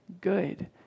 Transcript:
good